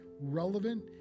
relevant